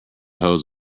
hose